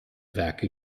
werke